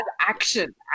action